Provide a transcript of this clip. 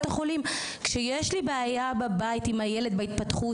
החולים וכשיש לי בעיה בבית עם התפתחות הילד,